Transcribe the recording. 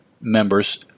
members